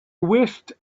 wished